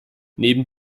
neben